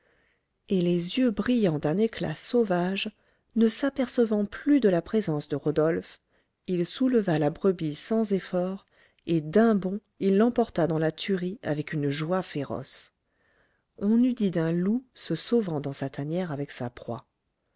et les yeux brillants d'un éclat sauvage ne s'apercevant plus de la présence de rodolphe il souleva la brebis sans efforts et d'un bond il l'emporta dans la tuerie avec une joie féroce on eût dit d'un loup se sauvant dans sa tanière avec sa proie